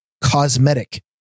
cosmetic